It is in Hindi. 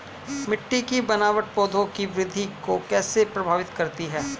मिट्टी की बनावट पौधों की वृद्धि को कैसे प्रभावित करती है?